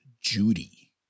Judy